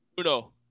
Uno